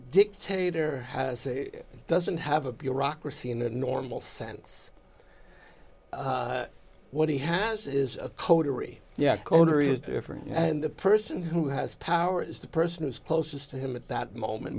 dictator has doesn't have a bureaucracy in the normal sense what he has is a coterie yeah corner it differently and the person who has power is the person who's closest to him at that moment